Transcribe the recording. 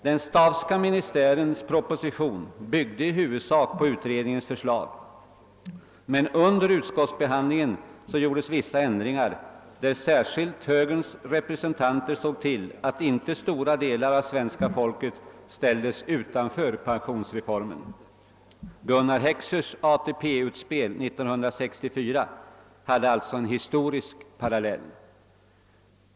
Den Staaffska ministärens proposition byggde i huvudsak på utredningens förslag, men under utskottsbehandlingen gjordes vissa ändringar, där särskilt högerns representanter såg till att inte stora delar av svenska folket ställdes utanför pensionsreformen. Gunnar <:Heckschers ATP-utspel 1964 hade alltså en historisk parallell.